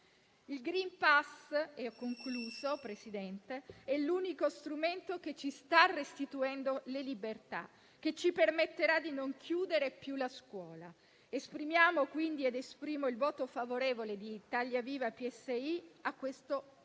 Il *green pass* è l'unico strumento che ci sta restituendo le libertà e ci permetterà di non chiudere più la scuola. Per tali motivi, esprimo il voto favorevole di Italia Viva-PSI al